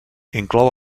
inclou